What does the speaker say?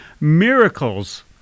miracles